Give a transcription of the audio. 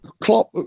Klopp